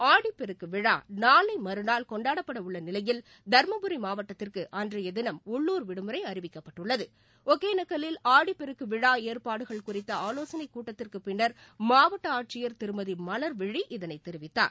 ஆடிப்பெருக்குவிழாநாளைமறுநாள் கொண்டாடப்படஉள்ளநிலையில் தர்மபுரி மாவட்டத்திற்குஅன்றையதினம் உள்ளூர் விடுமுறைஅறிவிக்கப்பட்டுள்ளது ஒகேனக்கல்லில் ஆடிப்பெருக்குவிழாஏற்பாடுகள் குறித்தஆவோசனைக் கூட்டத்திற்குப் பின்னர் மாவட்டஆட்சியர் திருமதிமலர்விழி இதனைத் தெரிவித்தார்